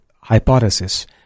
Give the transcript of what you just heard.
hypothesis